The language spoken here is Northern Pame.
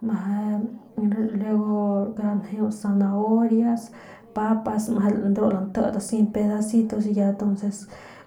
Meje luego kara njeu zanahorias papas meje lantit asi en pedacitos y ya